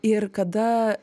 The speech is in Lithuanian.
ir kada